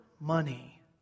money